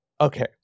Okay